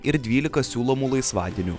ir dvylika siūlomų laisvadienių